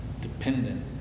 dependent